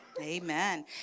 Amen